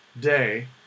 day